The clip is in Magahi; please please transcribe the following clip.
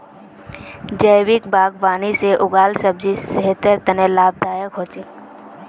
जैविक बागवानी से उगाल सब्जी सेहतेर तने लाभदायक हो छेक